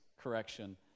correction